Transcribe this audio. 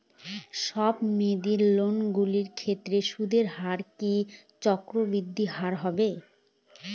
স্বল্প মেয়াদী লোনগুলির ক্ষেত্রে সুদের হার কি চক্রবৃদ্ধি হারে হবে?